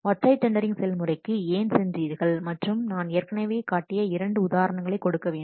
ஒற்றை டெண்டரிங் செயல்முறைக்கு ஏன் சென்றீர்கள் மற்றும் நான் ஏற்கனவே காட்டிய இரண்டு உதாரணங்களை கொடுக்க வேண்டும்